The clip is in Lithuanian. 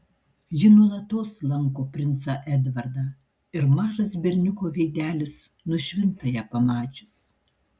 ji nuolatos lanko princą edvardą ir mažas berniuko veidelis nušvinta ją pamačius